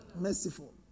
Merciful